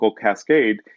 cascade